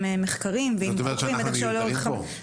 מחקרים זאת אומרת שאנחנו מיותרים פה?